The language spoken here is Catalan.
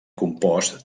compost